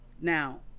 now